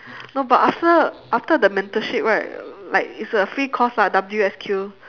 no but after after the mentorship right like it's a free course lah W_S_Q